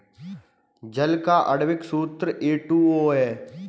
जल का आण्विक सूत्र एच टू ओ है